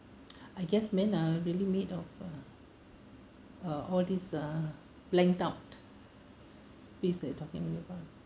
I guess men are really made of uh uh all these ah blanked out space that you are talking about